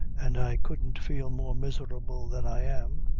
an' i couldn't feel more miserable than i am.